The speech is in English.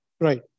Right